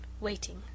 waiting